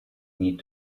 need